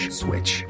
switch